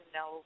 no